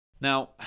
Now